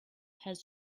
has